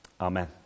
Amen